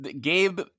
Gabe